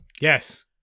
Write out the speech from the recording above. Yes